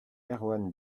erwann